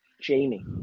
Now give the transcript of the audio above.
Jamie